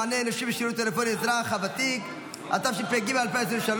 מענה אנושי בשירות טלפוני לאזרח ותיק) התשפ"ג 2023,